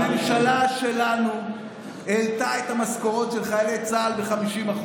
הממשלה שלנו העלתה את המשכורות של חיילי צה"ל ב-50%.